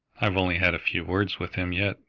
i've only had a few words with him yet,